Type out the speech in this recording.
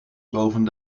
boven